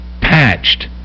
patched